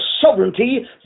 sovereignty